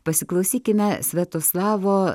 pasiklausykime sviatoslavo